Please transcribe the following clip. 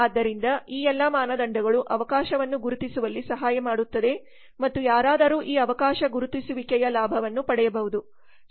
ಆದ್ದರಿಂದ ಈ ಎಲ್ಲಾ ಮಾನದಂಡಗಳು ಅವಕಾಶವನ್ನು ಗುರುತಿಸುವಲ್ಲಿ ಸಹಾಯ ಮಾಡುತ್ತದೆ ಮತ್ತು ಯಾರಾದರೂ ಈ ಅವಕಾಶ ಗುರುತಿಸುವಿಕೆಯ ಲಾಭವನ್ನು ಪಡೆಯಬಹುದು